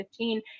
2015